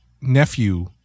nephew